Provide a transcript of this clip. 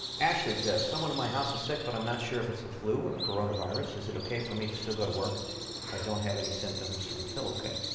ashley says, someone in my house is sick, but i'm not sure if it's the flu or coronavirus. is it ok for me to still go to work if i don't have any symptoms and feel ok?